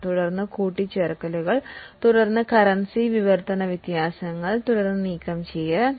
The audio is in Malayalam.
തുടർന്ന് കൂട്ടിച്ചേർക്കലുകൾ കറൻസി വിവർത്തന വ്യത്യാസങ്ങൾ തുടർന്ന് ഡിസ്പോസൽ എന്നിവ നൽകുന്നു